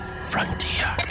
Frontier